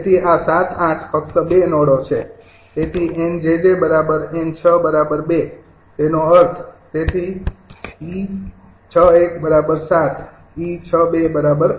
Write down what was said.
તેથી આ ૭ ૮ ફક્ત ૨ નોડો છે તેથી 𝑁𝑗𝑗 𝑁૬ ૨ તેનો અર્થ તેથી 𝑒૬૧ ૭ 𝑒૬૨ ૮